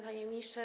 Panie Ministrze!